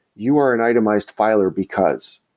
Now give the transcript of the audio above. you are an itemized filer, because.